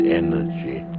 energy